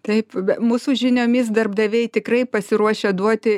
taip mūsų žiniomis darbdaviai tikrai pasiruošę duoti